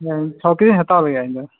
ᱪᱷᱚ ᱠᱤᱡᱤᱧ ᱦᱟᱛᱟᱣ ᱞᱟᱹᱜᱤᱫ ᱤᱧ ᱫᱚ